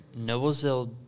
Noblesville